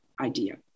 idea